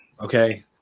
okay